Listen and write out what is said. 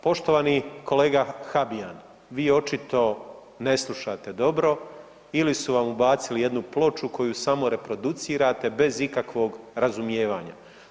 Poštovani kolega Habijan, vi očito ne slušate dobro ili su vam ubacili jednu ploču koju samo reproducirate bez ikakvog razumijevanja.